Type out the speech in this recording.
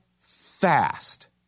fast